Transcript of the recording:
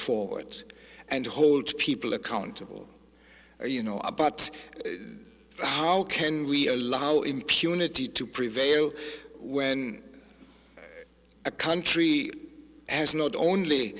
forward and hold people accountable you know about how can we allow impunity to prevail when a country has not only